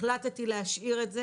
החלטתי להשאיר את זה